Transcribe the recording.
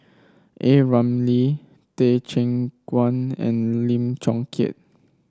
A Ramli Teh Cheang Wan and Lim Chong Keat